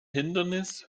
hindernis